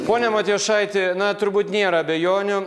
pone matijošaiti na turbūt nėra abejonių